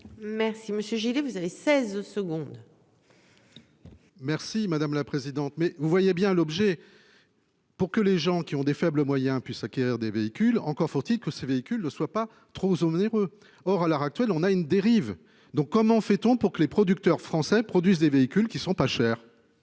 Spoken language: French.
Merci Monsieur Gillet. Vous avez 16 secondes. Merci madame la présidente. Mais vous voyez bien l'objet. Pour que les gens qui ont des faibles moyens puissent acquérir des véhicules encore Fourtic que ces véhicules ne soit pas trop onéreux. Or, à l'heure actuelle, on a une dérive. Donc comment fait-on pour que les producteurs français produisent des véhicules qui sont pas chers.